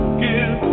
give